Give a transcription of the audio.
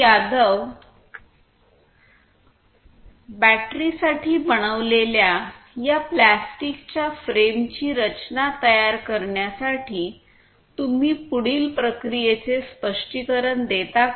यादव बॅटरीसाठी बनविलेल्या या प्लास्टिकच्या फ्रेमची रचना तयार करण्यासाठी तुम्ही पुढील प्रक्रियेचे स्पष्टीकरण देता का